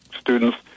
students